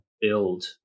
build